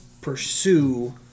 pursue